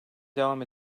devam